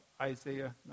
Isaiah